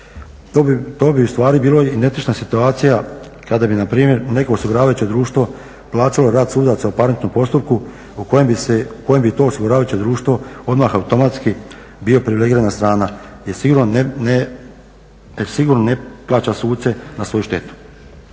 To bi u stvari bila identična situacija kada bi npr. neko osiguravajuće društvo plaćalo rad sudaca u parničkom postupku u kojem bi to osiguravajuće društvo odmah automatski bilo privilegirana strana jer sigurno ne plaća suce na svoju štetu.